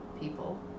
people